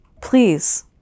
Please